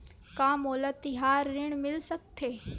का मोला तिहार ऋण मिल सकथे?